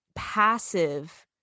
passive